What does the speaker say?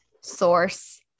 source